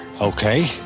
Okay